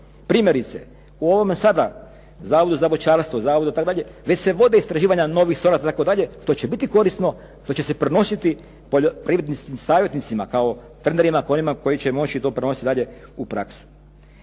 Primjerice, u ovome sada Zavodu za voćarstvo itd. već se vode istraživanja novih sorata itd. To će biti korisno, to će se prenositi poljoprivrednim savjetnicima kao temeljima onima koji će to prenositi dalje u praksu.